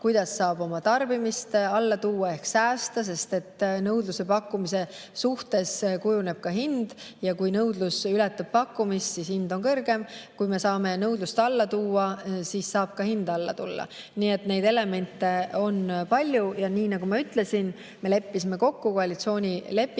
kuidas oma tarbimist alla tuua ehk säästa, sest nõudluse-pakkumise suhtes kujuneb hind. Kui nõudlus ületab pakkumist, siis hind on kõrgem. Kui me saame nõudlust alla tuua, siis saab ka hind alla tulla. Nii et neid elemente on palju. Ja nii nagu ma ütlesin, me leppisime koalitsioonilepingus